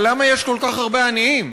אבל למה יש כל כך הרבה עניים?